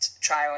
trial